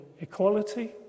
equality